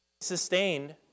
sustained